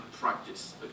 practice